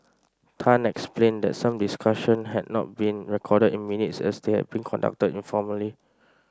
Tan explained that some discussions had not been recorded in minutes as they had been conducted informally